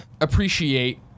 appreciate